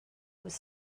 would